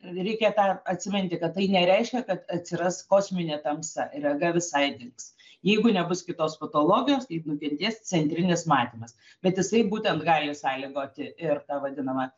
reikia tą atsiminti kad tai nereiškia kad atsiras kosminė tamsa rega visai dings jeigu nebus kitos patologijos tai nukentės centrinis matymas bet jisai būtent gali sąlygoti ir tą vadinamą